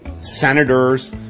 senators